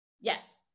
yes